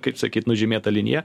kaip sakyt nužymėtą liniją